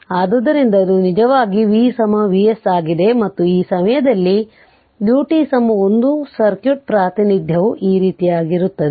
ಆದ್ದರಿಂದ ಇದು ನಿಜವಾಗಿ v Vs ಆಗಿದೆ ಮತ್ತು ಆ ಸಮಯದಲ್ಲಿ ut 1 ಸರ್ಕ್ಯೂಟ್ ಪ್ರಾತಿನಿಧ್ಯವು ಈ ರೀತಿಯಾಗಿರುತ್ತದೆ